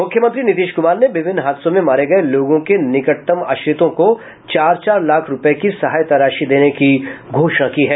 मुख्यमंत्री नीतीश कुमार ने विभिन्न हादसों में मारे गये लोगों के निकटतम आश्रितों को चार चार लाख रूपये की सहायता राशि देने की घोषणा की है